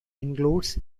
includes